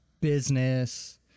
business